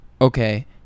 okay